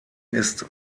ist